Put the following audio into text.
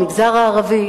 המגזר הערבי,